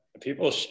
People